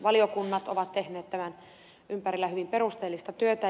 valiokunnat ovat tehneet tämän ympärillä hyvin perusteellista työtä